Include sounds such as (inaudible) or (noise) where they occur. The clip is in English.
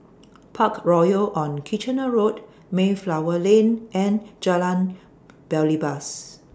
(noise) Parkroyal on Kitchener Road Mayflower Lane and Jalan Belibas